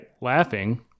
Laughing